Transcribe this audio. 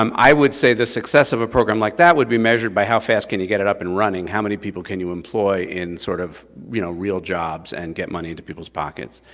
um i would say the success of a program like that would be measured by how fast can you get it up and running, how may people can you employ in sort of you know real jobs and get money to people's pockets.